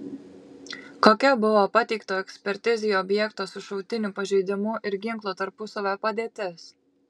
kokia buvo pateikto ekspertizei objekto su šautiniu pažeidimu ir ginklo tarpusavio padėtis